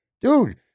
Dude